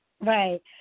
right